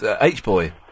H-Boy